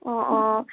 অঁ অঁ